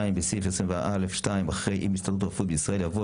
2. בסעיף 24(א)(2) אחרי "ההסתדרות הרפואית בישראל" יבוא